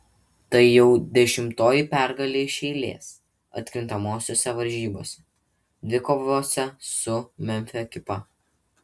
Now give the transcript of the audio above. tai jau dešimtoji pergalė iš eilės atkrintamosiose varžybose dvikovose su memfio ekipa